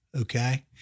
okay